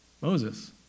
Moses